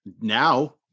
now